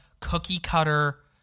cookie-cutter